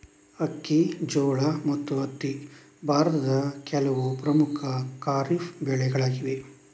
ಅಕ್ಕಿ, ಜೋಳ ಮತ್ತು ಹತ್ತಿ ಭಾರತದ ಕೆಲವು ಪ್ರಮುಖ ಖಾರಿಫ್ ಬೆಳೆಗಳಾಗಿವೆ